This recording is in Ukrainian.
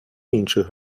інших